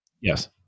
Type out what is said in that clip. Yes